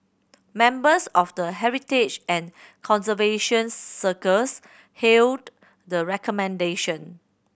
members of the heritage and conservation circles hailed the recommendation